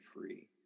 free